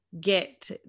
get